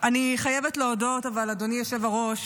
אני חייבת להודות, אדוני היושב-ראש,